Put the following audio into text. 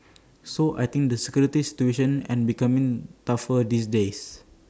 so I think the security situation is becoming tougher these days